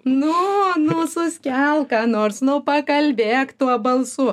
nu nu suskelk ką nors nu pakalbėk tuo balsu